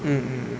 mm mm mm